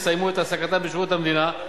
יסיימו את העסקתם בשירות המדינה.